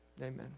Amen